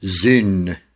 zin